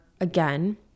again